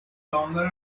longer